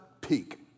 Peak